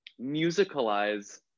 musicalize